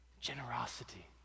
generosity